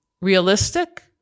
realistic